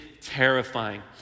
terrifying